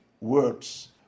words